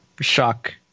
shock